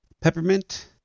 Peppermint